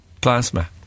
plasma